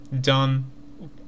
done